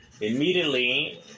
Immediately